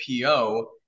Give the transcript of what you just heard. PO